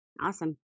Awesome